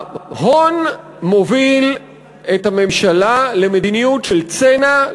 ההון מוביל את הממשלה למדיניות של צנע,